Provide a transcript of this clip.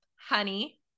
honey